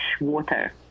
water